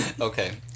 Okay